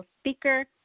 speaker